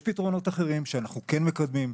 יש פתרונות אחרים שאנחנו כן מקדמים,